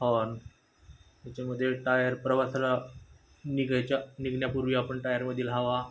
horn त्याच्यामध्ये tyre प्रवासाला निघायच्या निघण्यापूर्वी आपण टायरमधील हवा